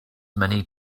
many